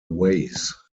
ways